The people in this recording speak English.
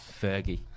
Fergie